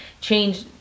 change